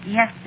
Yes